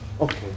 Okay